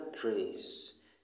grace